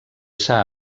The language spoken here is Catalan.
s’ha